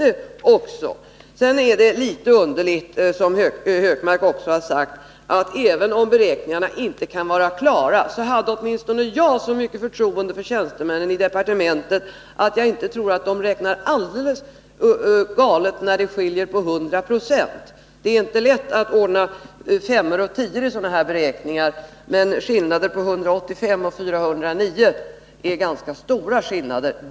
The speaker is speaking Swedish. Det statsrådet Sigurdsen säger om beräkningarna är, som Gunnar Hökmark också har sagt, litet underligt. Jag har åtminstone så mycket förtroende för tjänstemännen i departementet att jag inte tror att de räknar alldeles galet. När de kommer fram till en skillnad på 100 76 måste det ligga någonting i det. Det är inte lätt att räkna rätt på 5 eller 10 kr. när i sådana här beräkningar, men skillnaden mellan 175 kr. och 409 kr. är ju ganska stor.